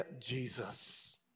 Jesus